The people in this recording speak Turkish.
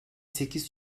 sekiz